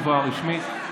הרשמית.